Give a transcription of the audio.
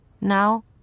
Now